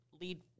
lead